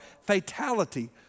fatality